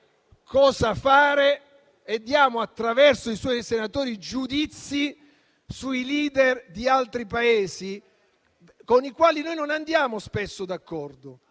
cosa fare e diamo, attraverso i suoi senatori, giudizi sui *leader* di altri Paesi con i quali noi non andiamo spesso d'accordo,